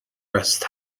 rest